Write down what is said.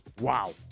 Wow